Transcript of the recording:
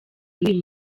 y’uyu